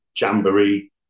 jamboree